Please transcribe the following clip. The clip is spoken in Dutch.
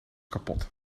kapot